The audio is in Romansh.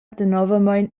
danovamein